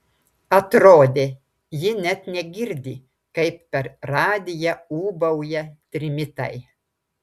atrodė ji net negirdi kaip per radiją ūbauja trimitai